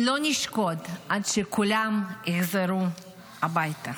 לא נשקוט עד שכולם יחזרו הביתה.